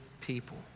people